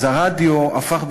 הרדיו הפך,